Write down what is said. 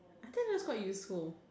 I think that's quite useful